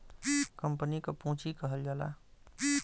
company क पुँजी कहल जाला